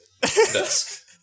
desk